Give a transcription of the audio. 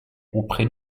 auprès